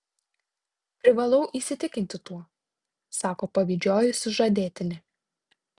privalau įsitikinti tuo sako pavydžioji sužadėtinė